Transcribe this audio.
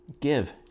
give